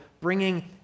bringing